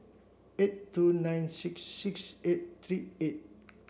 eight two nine six six eight three eight